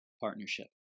partnership